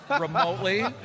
remotely